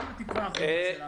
אתם התקווה האחרונה שלנו.